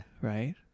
Right